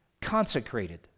consecrated